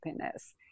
happiness